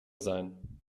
sein